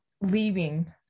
leaving